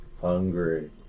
hungry